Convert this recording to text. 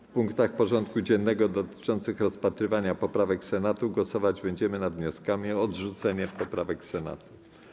W punktach porządku dziennego dotyczących rozpatrywania poprawek Senatu głosować będziemy nad wnioskami o odrzucenie poprawek Senatu.